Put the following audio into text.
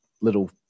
little –